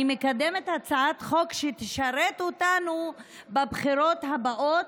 אני מקדמת הצעת חוק שתשרת אותנו בבחירות הבאות.